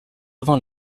avant